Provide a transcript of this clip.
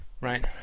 right